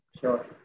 Sure